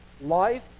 life